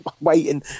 waiting